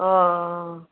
ও